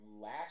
last